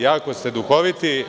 Jako ste duhoviti.